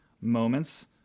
moments